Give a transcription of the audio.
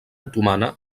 otomana